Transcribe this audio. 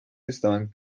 estaban